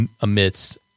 amidst